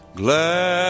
glad